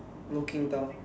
looking down